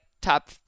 top